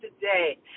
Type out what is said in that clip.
today